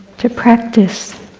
to practice,